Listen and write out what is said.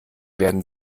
werden